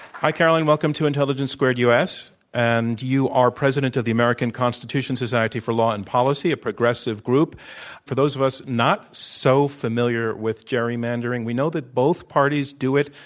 hi, caroline. welcome to intelligence squared u. s. and you are president of the american constitution society for law and policy, a progressive group for those of us not so familiar with gerrymandering. we know that both parties do it.